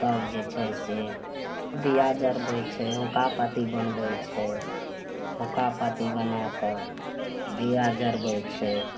तब जे छै से दीया जरबय छै औंका पाती बनबय छै औंका पाती बनाकऽ दीया जरबय छै